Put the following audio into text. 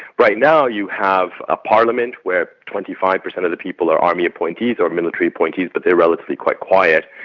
right now you have a parliament where twenty five per cent of the people are army appointees or military appointees, but they're relatively quite quiet.